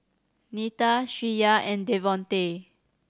Neta Shreya and Devontae